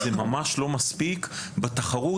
זה לא מספיק בתחרות.